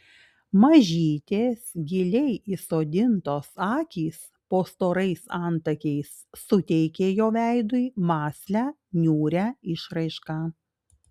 mažytės giliai įsodintos akys po storais antakiais suteikė jo veidui mąslią niūrią išraišką